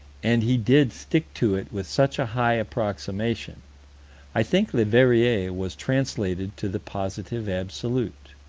and he did stick to it with such a high approximation i think leverrier was translated to the positive absolute.